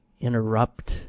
interrupt